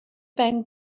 ben